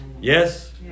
Yes